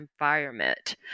environment